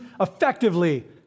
effectively